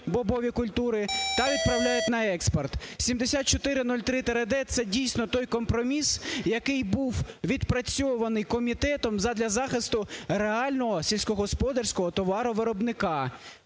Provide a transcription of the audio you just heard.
бобові культури та відправляють на експорт. 7403-д – це дійсно той компроміс, який був відпрацьований комітетом задля захисту реального сільськогосподарського товаровиробника